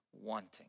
wanting